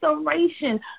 restoration